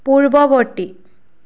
পূৰ্বৱৰ্তী